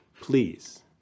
Please